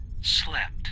slept